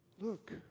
Look